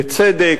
לצדק,